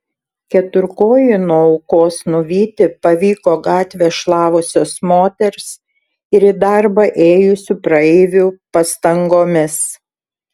keturkojį nuo aukos nuvyti pavyko gatvę šlavusios moters ir į darbą ėjusių praeivių pastangomis